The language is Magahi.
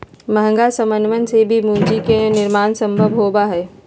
महंगा समनवन से भी पूंजी के निर्माण सम्भव होबा हई